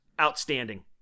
outstanding